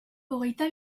hogeita